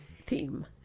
theme